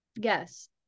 yes